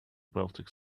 baltic